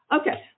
Okay